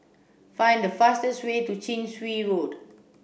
find the fastest way to Chin Swee Road